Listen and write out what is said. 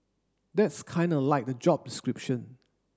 that's Kinda like the job description